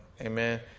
amen